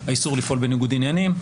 האיסור לפעול בניגוד עניינים,